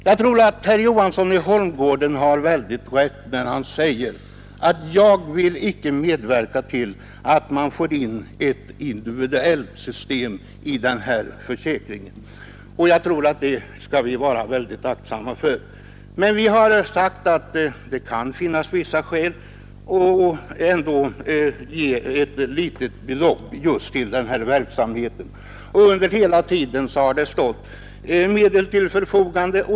Jag tror att herr Johansson i Holmgården har alldeles rätt, när han säger att han inte vill medverka till att man får ett individuellt system i försäkringen, jag tror att det skall vi akta oss för. Vi har sagt att det kan finnas vissa skäl att ändå ge ett litet belopp just för detta ändamål, och under hela tiden har medel härför stått till förfogande.